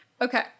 Okay